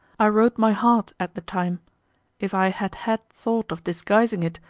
i wrote my heart at the time if i had had thought of disguising it,